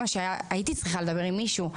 הייתי צריכה לדבר עם מישהו,